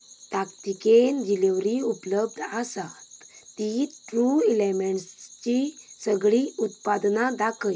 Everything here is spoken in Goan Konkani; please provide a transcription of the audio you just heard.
ताकतिकेन डिलिव्हरी उपलब्ध आसात तीं ट्रू एलिमेंट्सचीं सगळीं उत्पादनां दाखय